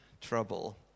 trouble